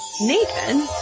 Nathan